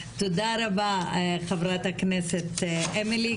תודה רבה חברת הכנסת אמילי,